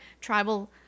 tribal